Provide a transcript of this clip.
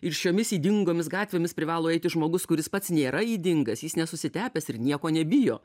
ir šiomis ydingomis gatvėmis privalo eiti žmogus kuris pats nėra ydingas jis nesusitepęs ir nieko nebijo